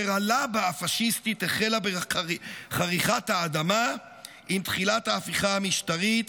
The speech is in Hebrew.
הלבה הפשיסטית החלה בחריכת האדמה עם תחילת ההפיכה המשטרית,